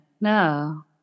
No